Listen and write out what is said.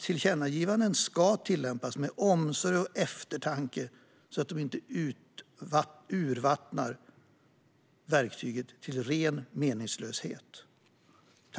Tillkännagivanden ska tillämpas med omsorg och eftertanke, så att de inte urvattnar verktyget till ren meningslöshet.